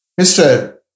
Mr